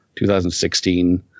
2016